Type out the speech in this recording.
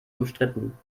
umstritten